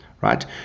right